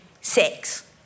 sex